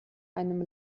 einem